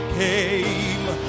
came